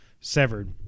Severed